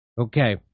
Okay